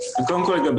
קודם כול, דובר